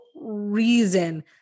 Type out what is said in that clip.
reason